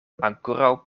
ankoraŭ